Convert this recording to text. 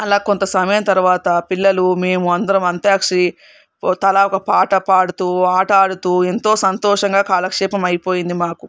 అలా కొంత సమయం తర్వాత పిల్లలు మేము అందరం అంత్యాక్షరి తలా ఒక పాట పాడుతూ ఆట ఆడుతూ ఎంతో సంతోషంగా కాలక్షేపం అయిపోయింది మాకు